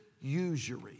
usury